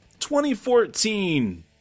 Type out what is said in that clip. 2014